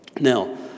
Now